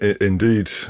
indeed